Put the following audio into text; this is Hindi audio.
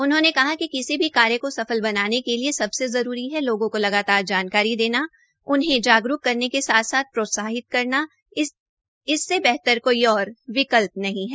उन्होंने कहा कि किसी भी कार्य को सफल बनाने के लिये सबसे जरूरी है लोगों को लगातार जानकारी देना उन्हें जागरूक करने के साथ साथ प्रोत्साहित करते रहना इसससे बेहतर कोई ओर विकल्प नहीं है